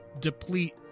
deplete